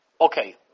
Okay